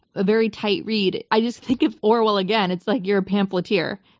a very tight read, i just think of orwell again. it's like, you're a pamphleteer.